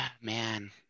man